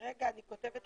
15:25.